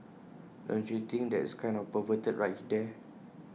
don't you think that is kind of perverted right there